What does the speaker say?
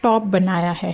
top बनाया है